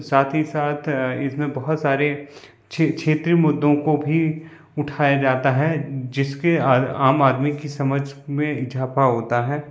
साथ ही साथ इसमें बहुत सारे क्षेत्रीय मुद्दों को भी उठाया जाता है जिसके आम आदमी की समझ में इजाफ़ा होता है